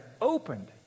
opened